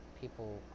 people